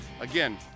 Again